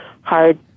hard